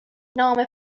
نام